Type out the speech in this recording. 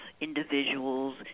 individuals